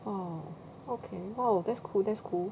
oh okay !wow! that's cool that's cool